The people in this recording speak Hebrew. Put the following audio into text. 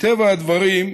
מטבע הדברים,